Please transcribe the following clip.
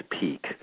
peak